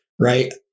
Right